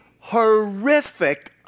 horrific